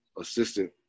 assistant